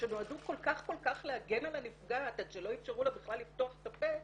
שנועדו כל כך להגן על הנפגעת עד שלא אפשרו לה בכלל לפתוח את הפה,